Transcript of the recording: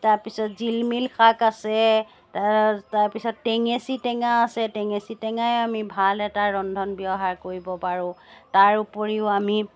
তাৰপিছত জিলমিল শাক আছে তাৰ তাৰপিছত টেঙেচী টেঙা আছে টেঙেচী টেঙাই আমি ভাল এটা ৰন্ধন ব্যৱাহাৰ কৰিব পাৰোঁ তাৰ উপৰিও আমি